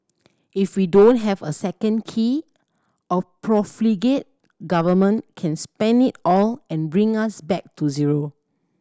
if we don't have a second key a profligate Government can spend it all and bring us back to zero